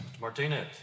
Martinez